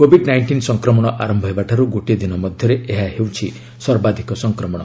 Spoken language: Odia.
କୋଭିଡ୍ ନାଇଷ୍ଟିନ୍ ସଂକ୍ରମଣ ଆରମ୍ଭ ହେବାଠାରୁ ଗୋଟିଏ ଦିନ ମଧ୍ୟରେ ଏହା ହେଉଛି ସର୍ବାଧକ ସଂକ୍ରମଣ